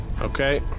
Okay